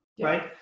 right